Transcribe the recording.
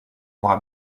aura